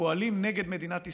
שפועלים נגד מדינת ישראל,